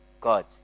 God